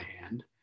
hand